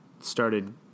started